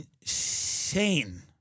insane